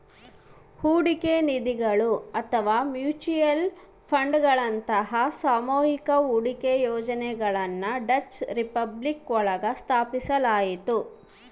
ಹೂಡಿಕೆ ನಿಧಿಗಳು ಅಥವಾ ಮ್ಯೂಚುಯಲ್ ಫಂಡ್ಗಳಂತಹ ಸಾಮೂಹಿಕ ಹೂಡಿಕೆ ಯೋಜನೆಗಳನ್ನ ಡಚ್ ರಿಪಬ್ಲಿಕ್ ಒಳಗ ಸ್ಥಾಪಿಸಲಾಯ್ತು